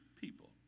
people